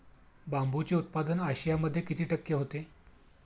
बांबूचे उत्पादन आशियामध्ये किती टक्के होते?